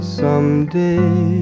someday